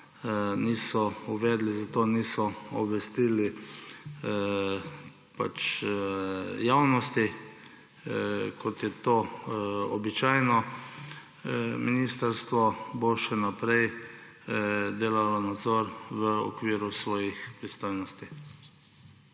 niso uvedli, zato niso obvestili javnosti, kot je to običajno. Ministrstvo bo še naprej delalo nadzor v okviru svojih pristojnosti.